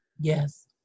Yes